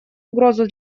угрозу